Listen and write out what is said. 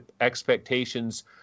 expectations